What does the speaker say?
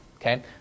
Okay